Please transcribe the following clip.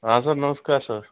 हाँ सर नमस्कार सर